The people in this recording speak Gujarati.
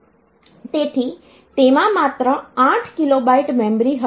તેથી તેમાં માત્ર 8 કિલો બાઈટ મેમરી હશે